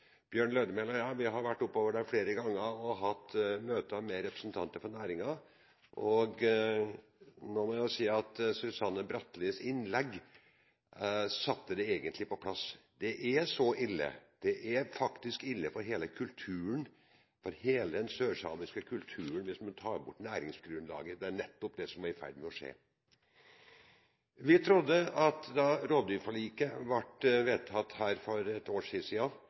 Bjørn Lødemel og jeg har vært oppover der flere ganger og hatt møter med representanter for næringen. Jeg må si at Susanne Bratlis innlegg satte det hele egentlig på plass. Det er så ille. Det er ille for hele den sørsamiske kulturen hvis man tar bort næringsgrunnlaget, og det er nettopp det som er i ferd med å skje. Vi trodde at da rovdyrforliket ble vedtatt her for